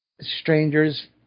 Strangers